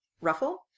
ruffle